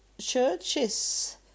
churches